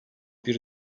bir